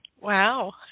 Wow